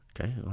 Okay